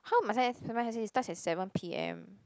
how must I it starts at seven p_m